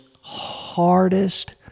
hardest